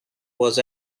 was